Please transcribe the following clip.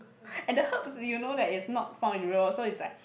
and the herbs you know that is not found in Europe so it's like